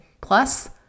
plus